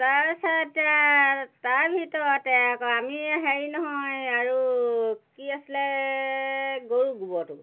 তাৰপিছতে তাৰ ভিতৰতে আকৌ আমি হেৰি নহয় আৰু কি আছিলে গৰু গোবৰটো